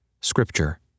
Scripture